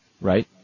right